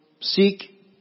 seek